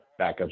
backups